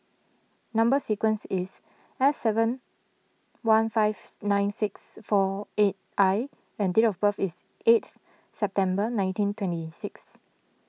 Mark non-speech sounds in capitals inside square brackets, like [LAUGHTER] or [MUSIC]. Number Sequence is S seven one five [HESITATION] nine six four eight I and date of birth is eighth September nineteen twenty six